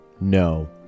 No